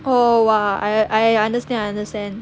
oh !wah! I I understand I understand